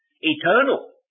eternal